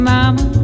Mama